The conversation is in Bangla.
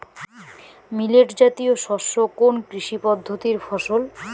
মিলেট জাতীয় শস্য কোন কৃষি পদ্ধতির ফসল?